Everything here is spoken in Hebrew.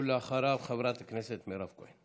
אחריו, חברת הכנסת מירב כהן.